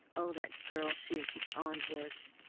oh, that girl! she is beyond words!